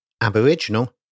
Aboriginal